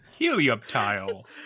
helioptile